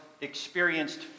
experienced